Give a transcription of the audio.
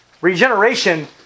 Regeneration